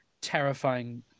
terrifying